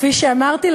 כפי שאמרתי,